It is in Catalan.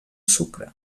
sucre